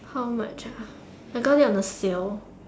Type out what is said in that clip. how much ah I got it on a sale